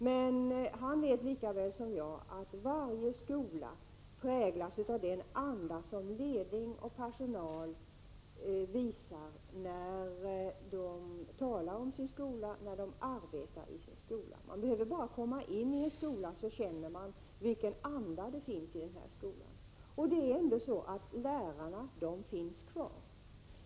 Men han vet lika väl som jag att varje skola präglas av den anda som ledning och personal visar när de talar om sin skola och när de arbetar i sin skola. Man behöver bara komma in i en skola så känner man vilken anda som finns i den. Här finns ändå lärarna kvar.